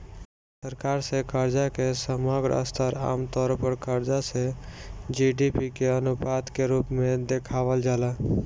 सरकार से कर्जा के समग्र स्तर आमतौर पर कर्ज से जी.डी.पी के अनुपात के रूप में देखावल जाला